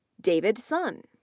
david sun,